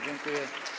Dziękuję.